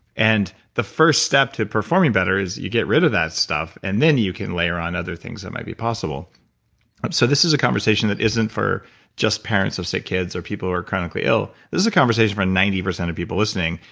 and the first step to performing better is you get rid of that stuff and then you can layer on other things that might be possible so this is a conversation that isn't for just parents of say kids, or people who are chronically ill, this is a conversation for ninety percent of people listening.